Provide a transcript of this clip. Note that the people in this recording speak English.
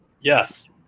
Yes